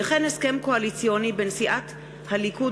וכן הסכם קואליציוני בין סיעת הליכוד,